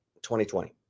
2020